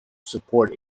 support